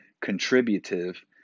contributive